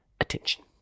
attention